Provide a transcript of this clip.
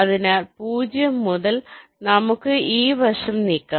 അതിനാൽ 0 മുതൽ നമുക്ക് ഈ വശം നീക്കാം